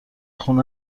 خون